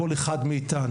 כל אחד מאיתנו,